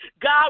God